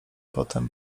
potem